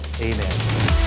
Amen